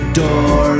door